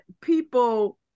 people